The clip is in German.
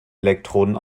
elektroden